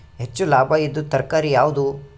ಹೆಚ್ಚು ಲಾಭಾಯಿದುದು ತರಕಾರಿ ಯಾವಾದು?